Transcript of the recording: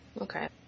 Okay